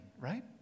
right